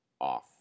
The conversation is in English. off